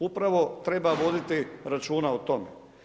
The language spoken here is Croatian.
Upravo treba voditi računa o tome.